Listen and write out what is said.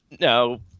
No